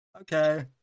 Okay